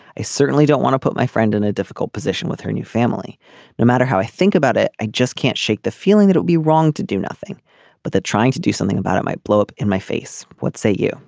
i certainly don't want to put my friend in a difficult position with her new family no matter how i think about it. i just can't shake the feeling that it'll be wrong to do nothing but that trying to do something about it might blow up in my face. what say you